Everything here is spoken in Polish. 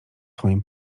swoim